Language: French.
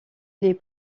les